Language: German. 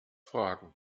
fragen